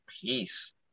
peace